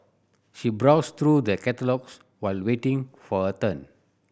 she browsed through the catalogues while waiting for her turn